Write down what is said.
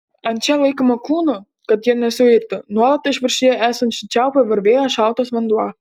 ant čia laikomų kūnų kad jie nesuirtų nuolat iš viršuje esančių čiaupų varvėjo šaltas vanduo